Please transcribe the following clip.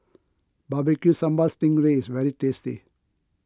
Barbecue Sambal Sting Ray is very tasty